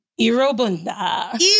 Irobunda